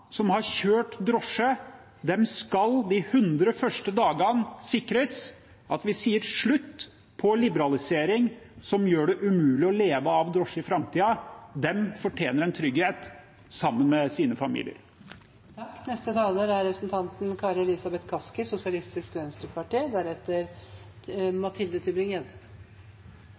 som har kjørt drosje, skal de hundre første dagene sikres at vi sier slutt på liberalisering som gjør det umulig å leve av drosje i framtiden. De fortjener en trygghet – sammen med sine familier.